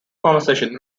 conversation